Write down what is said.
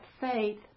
faith